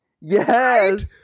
Yes